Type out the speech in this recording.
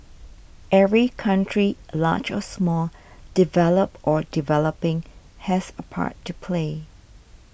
every country large or small developed or developing has a part to play